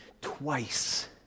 twice